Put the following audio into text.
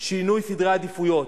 שינוי סדרי עדיפויות.